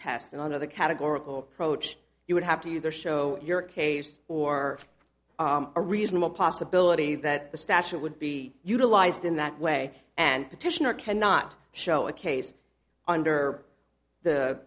test and one of the categorical approach you would have to either show your case or a reasonable possibility that the statute would be utilized in that way and petitioner cannot show a case under the